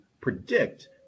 predict